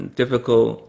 difficult